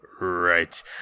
Right